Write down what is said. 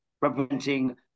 representing